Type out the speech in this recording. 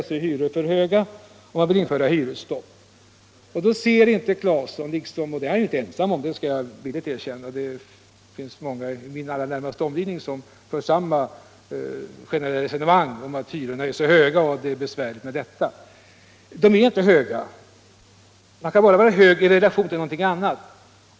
Och herr Claeson vill införa hyresstopp, eftersom han tycker att hyrorna nu är för höga. Jag skall villigt erkänna att han inte är ensam om det. Många människor i min allra närmaste omgivning för samma generella resonemang, att hyrorna är så höga. Men de är inte höga. Ett pris kan bara vara högt ställt i relation till något annat.